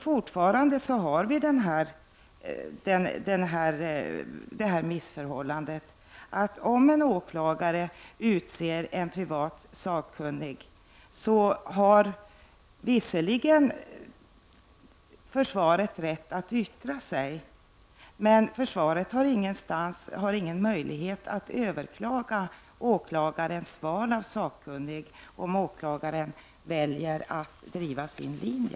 Fortfarande råder alltså missförhållandet att om en åklagare utser en privat sakkunnig har försvaret visserligen rätt att yttra sig, men försvaret har ingen möjlighet att överklaga åklagarens val av sakkunnig om åklagaren väljer att driva sin linje.